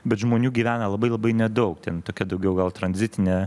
bet žmonių gyvena labai labai nedaug ten tokia daugiau gal tranzitinė